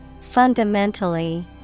Fundamentally